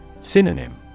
Synonym